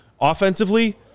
Offensively